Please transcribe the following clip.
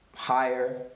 Higher